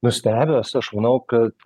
nustebęs aš manau kad